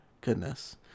Goodness